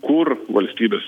kur valstybės